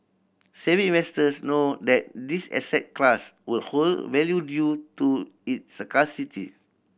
savvy investors know that this asset class will hold value due to its scarcity